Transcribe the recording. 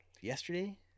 yesterday